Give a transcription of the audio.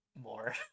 more